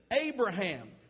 Abraham